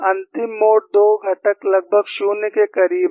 अंतिम मोड 2 घटक लगभग 0 के करीब है